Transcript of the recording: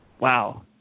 Wow